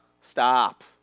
Stop